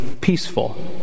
peaceful